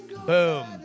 Boom